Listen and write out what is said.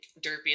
Derpy